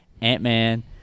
Ant-Man